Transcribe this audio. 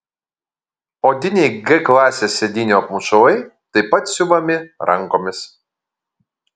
odiniai g klasės sėdynių apmušalai taip pat siuvami rankomis